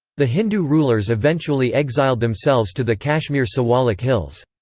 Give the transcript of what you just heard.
the hindu rulers eventually exiled themselves to the kashmir siwalik hills.